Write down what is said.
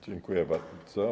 Dziękuję bardzo.